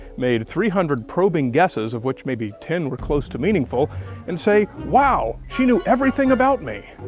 made three hundred probing guesses, of which maybe ten were close to meaningful and say wow! she knew everything about me!